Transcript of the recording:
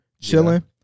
chilling